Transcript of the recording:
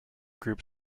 group